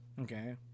Okay